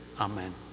Amen